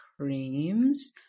creams